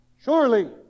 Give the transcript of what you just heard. surely